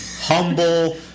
humble